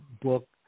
book